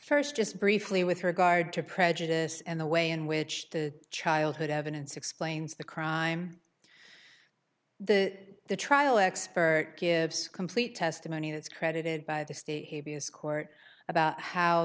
first just briefly with regard to prejudice and the way in which the childhood evidence explains the crime the the trial expert gives complete testimony that's credited by the state habeas court about how